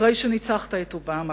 אחרי שניצחת את אובמה,